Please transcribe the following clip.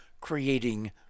creating